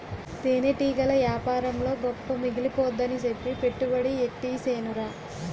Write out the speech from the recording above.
తేనెటీగల యేపారంలో గొప్ప మిగిలిపోద్దని సెప్పి పెట్టుబడి యెట్టీసేనురా